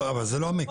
לא, אבל זה לא המקרה.